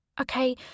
Okay